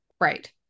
Right